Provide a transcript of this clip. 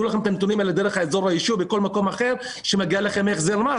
מגיע לכם החזר מס.